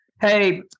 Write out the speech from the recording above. hey